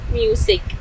music